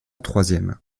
troisième